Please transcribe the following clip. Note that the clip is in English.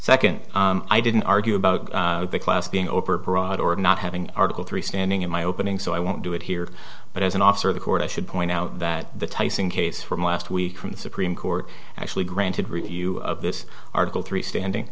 second i didn't argue about the class being overbroad or not having article three standing in my opening so i won't do it here but as an officer of the court i should point out that the tyson case from last week from the supreme court actually granted review of this article three standing